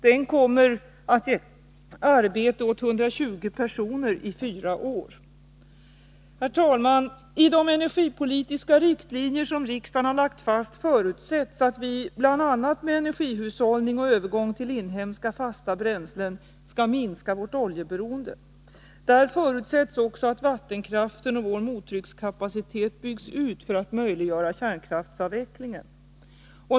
Den kommer att ge arbete åt 120 personer i fyra år. Herr talman! I de energipolitiska riktlinjer som riksdagen har lagt fast förutsätts att vi bl.a. med energihushållning och övergång till inhemska fasta bränslen skall minska vårt oljeberoende. Där förutsätts också att vattenkraften och vår mottryckskapacitet byggs ut för att möjliggöra kärnkraftsavvecklingen.